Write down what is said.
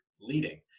leading